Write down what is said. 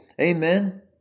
Amen